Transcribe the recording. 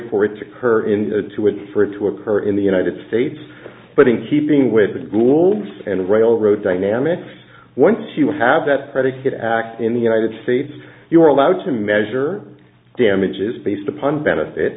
for it to occur in two or three to occur in the united states but in keeping with google and railroad dynamics once you have that predicate act in the united states you are allowed to measure damages based upon benefit